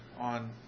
on